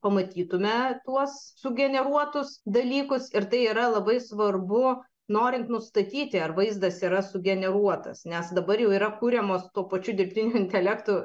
pamatytume tuos sugeneruotus dalykus ir tai yra labai svarbu norint nustatyti ar vaizdas yra sugeneruotas nes dabar jau yra kuriamos tuo pačiu dirbtiniu intelektu